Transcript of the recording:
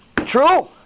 true